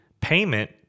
payment